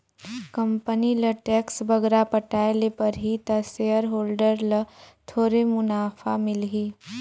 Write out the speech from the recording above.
company ल tax बगरा पटाए ले परही ता सेयर होल्डर ल थोरहें मुनाफा मिलही